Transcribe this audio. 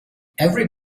every